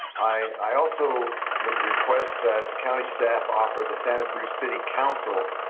i also would request that the county staff offer the santa cruz city council.